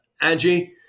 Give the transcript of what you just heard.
Angie